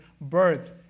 birth